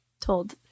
told